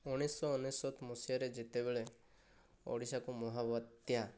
ଉଣେଇଶହ ଅନେଶ୍ୱତ ମସିହାରେ ଯେତେବେଳେ ଓଡ଼ିଶାକୁ ମହାବାତ୍ୟା